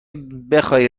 بخای